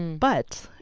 but,